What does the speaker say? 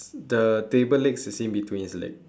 the table legs is in between his leg